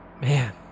Man